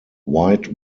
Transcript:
white